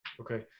Okay